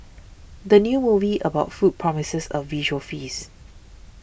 the new movie about food promises a visual feast